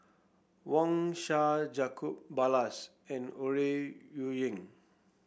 Wang Sha Jacob Ballas and Ore Huiying